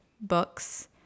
books